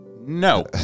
No